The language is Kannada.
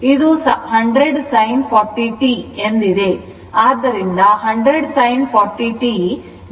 ಇದು 100 sin 40 t ಎಂದಿದೆ